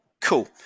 Cool